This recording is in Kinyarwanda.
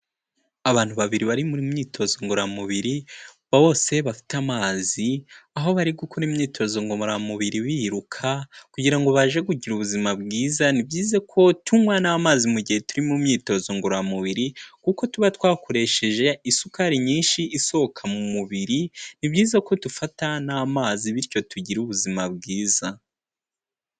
Abantu babiri bari muri myitozo ngororamubiri, bose bafite amazi, aho bari gukora imyitozo ngororamubiri biruka kugira ngo babashe kugira ubuzima bwiza, ni byiza ko tunywa n'amazi mu gihe turi mu myitozo ngororamubiri, kuko tuba twakoresheje isukari nyinshi isohoka mu mubiri, ni byiza ko dufata n'amazi bityo tugire ubuzima bwiza.